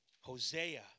Hosea